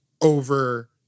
over